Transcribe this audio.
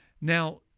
Now